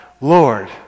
Lord